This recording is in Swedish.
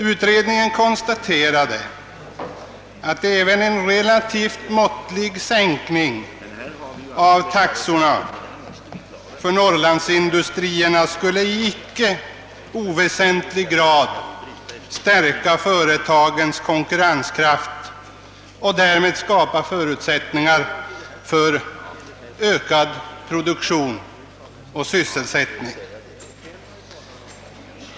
Ut redningen konstaterade att även en relativt måttlig sänkning av taxorna för norrlandsindustrierna skulle i icke oväsentlig grad stärka företagens konkurrenskraft och därmed skapa förutsättningar för ökad produktion och sysselsättning.